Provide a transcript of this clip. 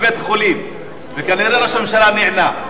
כל עוד הוא בבית-חולים, וכנראה ראש הממשלה נענה.